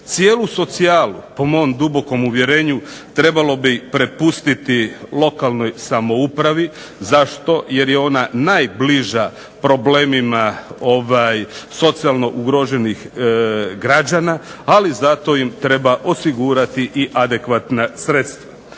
Cijelu socijalu po mom dubokom uvjerenju trebalo bi prepustiti lokalnoj samoupravi. Zašto? Jer je ona najbliža problemima socijalno ugroženih građana, ali za to im treba osigurati i adekvatna sredstva.